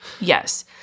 Yes